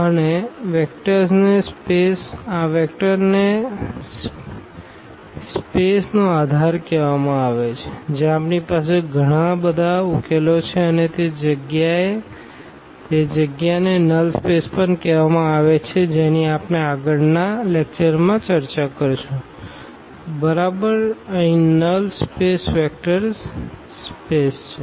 અને આ વેક્ટર્સને સ્પેસનો આધાર કહેવામાં આવે છે જ્યાં આપણી પાસે ત્યાં ઘણા બધા ઉકેલો છે અને તે જગ્યાને નલ સ્પેસ પણ કહેવામાં આવે છે જેની આપણે આગળના વ્યાખ્યાનમાં ચર્ચા કરીશું બરાબર અહીં નલ સ્પેસ વેક્ટર્સ સ્પેસ છે